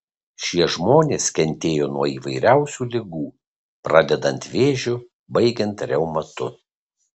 šie žmonės kentėjo nuo įvairiausių ligų pradedant vėžiu baigiant reumatu